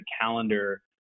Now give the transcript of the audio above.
calendar